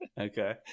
okay